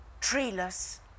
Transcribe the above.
treeless